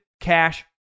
cash